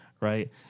right